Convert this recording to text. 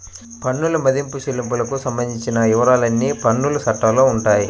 పన్నుల మదింపు, చెల్లింపులకు సంబంధించిన వివరాలన్నీ పన్నుల చట్టాల్లో ఉంటాయి